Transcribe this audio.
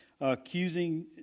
accusing